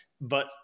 but-